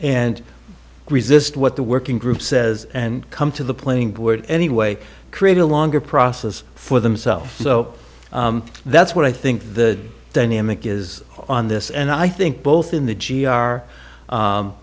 and resist what the working group says and come to the playing board anyway create a longer process for themselves so that's what i think the dynamic is on this and i think both in the g